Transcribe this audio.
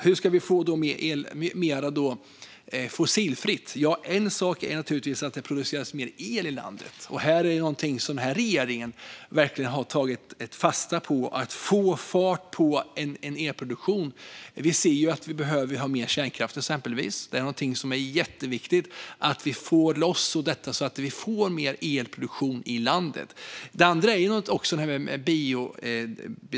Hur ska vi då få mer fossilfritt? En sak är naturligtvis att det produceras mer el i landet. Här har regeringen verkligen tagit fasta på att få fart på elproduktionen. Vi behöver exempelvis ha mer kärnkraft. Det är jätteviktigt att vi får loss detta, så att vi får mer elproduktion i landet.